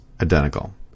identical